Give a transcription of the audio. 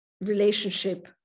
relationship